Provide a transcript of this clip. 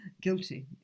guilty